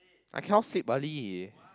I cannot sleep early